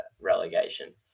relegation